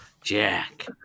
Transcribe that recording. Jack